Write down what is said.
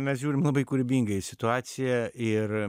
mes žiūrim labai kūrybingai į situaciją ir